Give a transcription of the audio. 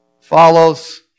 follows